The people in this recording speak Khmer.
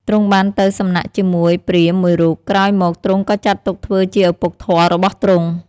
ទ្រង់បានទៅសំណាក់ជាមួយព្រាហ្មណ៍មួយរូប ក្រោយមកទ្រង់ក៏ចាត់ទុកធ្វើជាឪពុកធម៌របស់ទ្រង់។